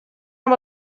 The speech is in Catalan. amb